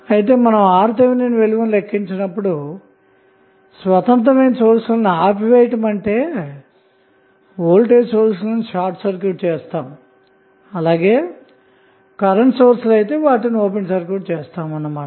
కాబట్టి మనం RTh విలువను లెక్కించునప్పుడు స్వతంత్రమైన సోర్స్ లను ఆపివేయటమంటే వోల్టేజ్ సోర్స్ లను షార్ట్ సర్క్యూట్ చేస్తాము అలాగే కరెంటు సోర్స్ లను అయితే ఓపెన్ సర్క్యూట్ చేస్తాము అన్న మాట